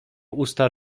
usta